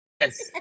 Yes